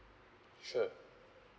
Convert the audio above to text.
sure